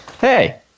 Hey